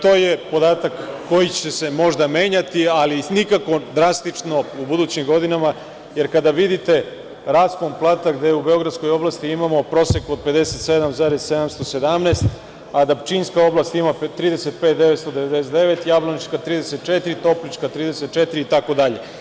To je podatak koji će se možda menjati, ali nikako drastično u budućim godinama, jer kada vidite raspon plata, gde u beogradskoj oblasti imamo prosek od 57,717, a da pčinjska oblast ima 35,999, jablanička 34, toplička 34 itd.